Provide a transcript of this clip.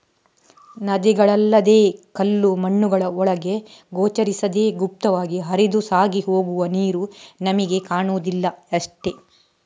ನದಿಗಳಲ್ಲದೇ ಕಲ್ಲು ಮಣ್ಣುಗಳ ಒಳಗೆ ಗೋಚರಿಸದೇ ಗುಪ್ತವಾಗಿ ಹರಿದು ಸಾಗಿ ಹೋಗುವ ನೀರು ನಮಿಗೆ ಕಾಣುದಿಲ್ಲ ಅಷ್ಟೇ